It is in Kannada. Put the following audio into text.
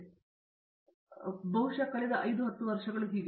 ಪ್ರತಾಪ್ ಹರಿಡೋಸ್ ಬಹುಶಃ ಕಳೆದ 5 10 ವರ್ಷಗಳು ಹೀಗೆ